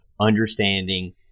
understanding